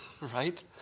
right